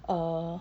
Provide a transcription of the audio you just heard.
err